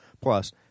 Plus